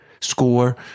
score